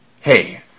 Hey